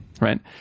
right